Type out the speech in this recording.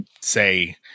say